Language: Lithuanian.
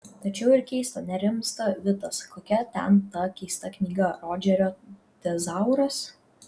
tačiau ir keista nerimsta vitas kokia ten ta keista knyga rodžerio tezauras